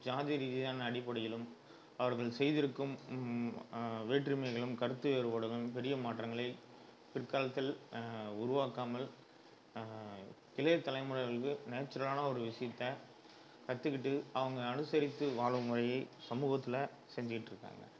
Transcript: ஜாதி ரீதியான அடிப்படையிலும் அவர்கள் செய்திருக்கும் வேற்றுமைகளும் கருத்து வேறுபாடுகளும் பெரிய மாற்றங்களை பிற்காலத்தில் உருவாக்காமல் இளைய தலைமுறைகளுக்கு நேச்சுரலான ஒரு விஷயத்த கற்றுக்கிட்டு அவங்க அனுசரித்து வாழும் முறையை சமூகத்தில் செஞ்சியிட்டுருக்காங்க